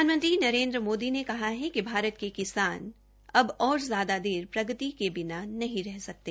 प्रधानमंत्री नरेन्द्र मोदी ने कहा है कि भारत के किसान अब और ज्यादा देर प्रगति के बिना नहीं रह सकते